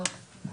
לא.